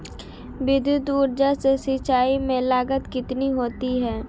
विद्युत ऊर्जा से सिंचाई में लागत कितनी होती है?